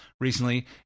recently